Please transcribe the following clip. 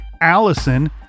Allison